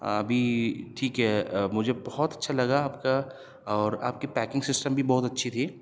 ابھی ٹھیک ہے مجھے بہت اچھا لگا آپ کا اور آپ کی پیکنگ سسٹم بھی بہت اچھی تھی